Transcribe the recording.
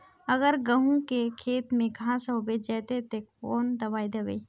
अगर गहुम के खेत में घांस होबे जयते ते कौन दबाई दबे?